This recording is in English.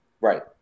Right